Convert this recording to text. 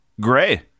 Gray